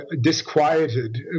disquieted